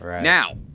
Now